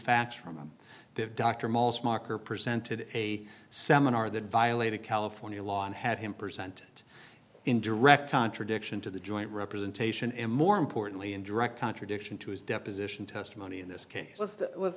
facts from that doctor mauls marker presented a seminar that violated california law and had him present it in direct contradiction to the joint representation and more importantly in direct contradiction to his deposition testimony in this case with the